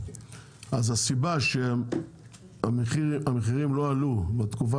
אז הסיבה שהמחירים לא עלו בתקופה